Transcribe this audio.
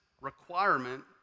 requirement